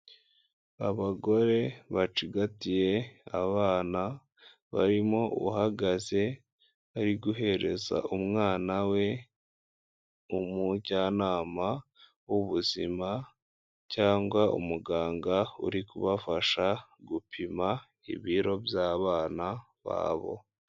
Abagore bacigatiye abana, barimo uhagaze ari guhereza umwana we umujyanama w'ubuzima, cyangwa umuganga uri kubafasha gupima ibiro by'abana babo.